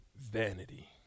vanity